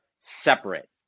separate